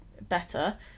better